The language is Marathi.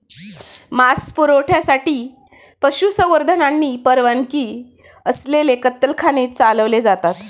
मांस पुरवठ्यासाठी पशुसंवर्धन आणि परवानगी असलेले कत्तलखाने चालवले जातात